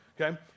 okay